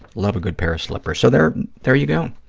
love a good pair of slippers. so, there there you go.